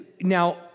now